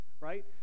right